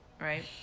Right